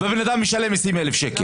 והבן אדם משלם 20,000 שקל.